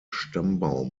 stammbaum